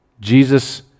Jesus